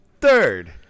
Third